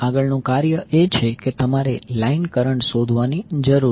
આગળનું કાર્ય એ છે કે તમારે લાઈન કરંટ શોધવાની જરૂર છે